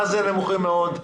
מה זה נמוכים מאוד?